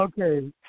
Okay